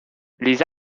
les